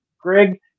Greg